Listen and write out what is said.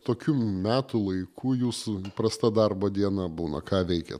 tokiu metų laiku jūsų įprasta darbo diena būna ką veikiat